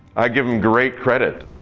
i give them great credit.